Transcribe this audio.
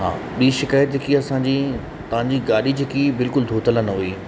हा ॿी शिकायत जेकी असांजी तव्हांजी गाॾी जेकी बिल्कुलु धोतल न हुई